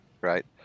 Right